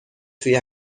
توی